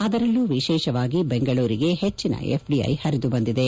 ಅದರಲ್ಲೂ ವಿಶೇಷವಾಗಿ ಬೆಂಗಳೂರಿಗೆ ಹೆಚ್ಚಿನ ಎಫ್ಡಿಐ ಹರಿದುಬಂದಿದೆ